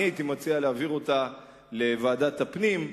אני הייתי מציע להעביר אותה לוועדת הפנים,